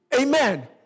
Amen